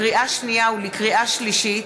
לקריאה שנייה ולקריאה שלישית: